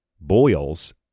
boils